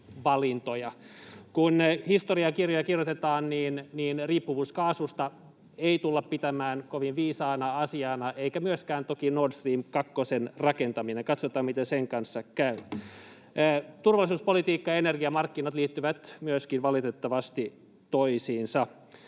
Kun historiankirjoja kirjoitetaan, riippuvuutta kaasusta ei tulla pitämään kovin viisaana asiana, eikä myöskään toki Nord Stream kakkosen rakentamista. Katsotaan, miten sen kanssa käy. Turvallisuuspolitiikka ja energiamarkkinat liittyvät myöskin valitettavasti toisiinsa.